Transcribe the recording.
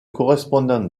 correspondant